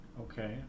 okay